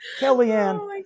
Kellyanne